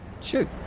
Shoot